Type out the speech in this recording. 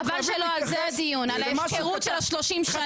חבל שלא על זה הדיון, על ההפקרות של החצי שנה.